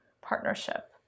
partnership